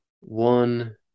One